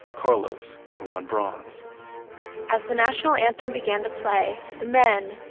carlos had won bronze as the national anthem began to play, the men,